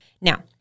Now